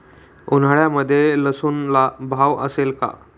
उन्हाळ्यामध्ये लसूणला भाव असेल का?